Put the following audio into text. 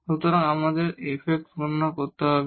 সুতরাং আমাদের fx গণনা করতে হবে